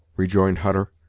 rejoined hutter.